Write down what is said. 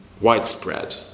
widespread